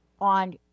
on